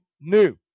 new